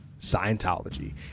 scientology